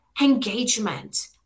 engagement